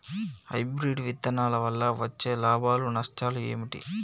Hybrid విత్తనాల వల్ల వచ్చే లాభాలు నష్టాలు ఏమిటి?